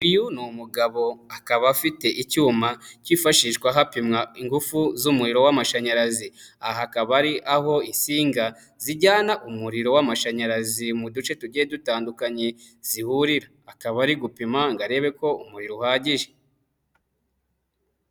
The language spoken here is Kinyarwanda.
Uy ni umugabo akaba afite icyuma kifashishwa hapimwa ingufu z'umuriro w'amashanyarazi, aha hakaba ari aho isinga zijyana umuriro w'amashanyarazi mu duce tugiye dutandukanye zihurira, akaba ari gupima ngo arebe ko umuriro uhagije.